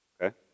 Okay